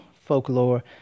folklore